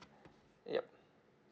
yup